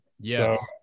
Yes